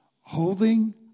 holding